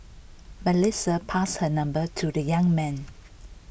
Melissa passed her number to the young man